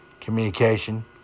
Communication